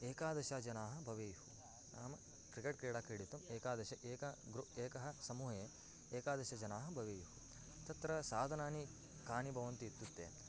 एकादशजनाः भवेयुः नाम क्रिकेट् क्रीडां क्रीडितुम् एकादश एकः ग्रु एकः समूहे एकादशजनाः भवेयुः तत्र साधनानि कानि भवन्ति इत्युक्ते